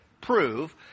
prove